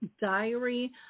Diary